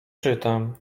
czytam